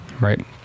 right